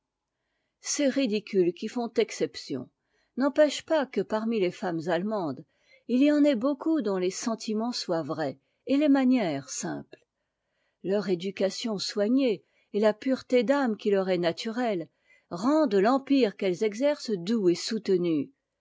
ces ridicules qui font exception n'empêchent pas que parmi les femmes allemandes il n'y en ait beaucoup dont les sentiments sont vrais et les manières simples leur éducation soignée et là pureté d'âme qui leur est naturelle rendent l'empire qu'elles exercént doux et soutenu